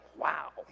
wow